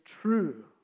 true